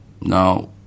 Now